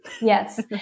Yes